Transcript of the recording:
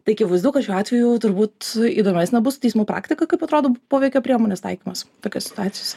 tai akivaizdu kad šiuo atveju turbūt įdomesnio bus teismų praktika kaip atrodo poveikio priemonės taikymas tokiose situacijose